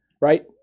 right